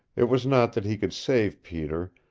it was not that he could save peter,